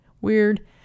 Weird